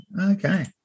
Okay